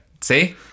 see